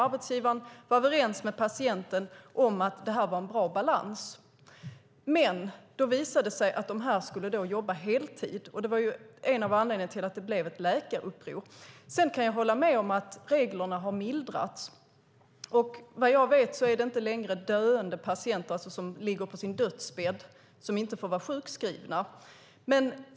Arbetsgivaren var överens med patienten om att det var en bra balans. Men det visade sig att dessa människor skulle jobba heltid. Det var en av anledningarna till att det blev ett läkaruppror. Jag kan hålla med om att reglerna har mildrats. Vad jag vet finns det inte längre döende patienter, det vill säga människor som ligger på sin dödsbädd, som inte får vara sjukskrivna.